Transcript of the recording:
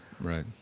Right